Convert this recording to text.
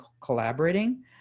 collaborating